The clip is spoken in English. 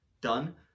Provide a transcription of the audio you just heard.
done